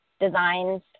designs